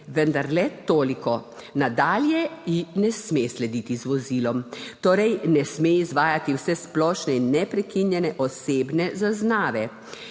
vendar le toliko, nadalje ji ne sme slediti z vozilom, torej ne sme izvajati vsesplošne in neprekinjene osebne zaznave,